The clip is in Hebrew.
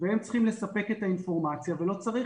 והם צריכים לספק את האינפורמציה ולא צריך